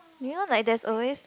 do you know like there's always